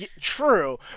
True